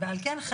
על כן,